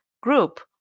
group